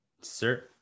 sir